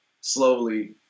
slowly